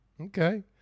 Okay